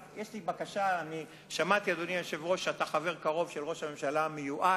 רק יש לי בקשה: שמעתי שאתה חבר קרוב של ראש הממשלה המיועד.